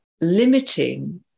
limiting